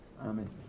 Amen